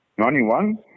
91